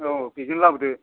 औ बेजों लाबोदो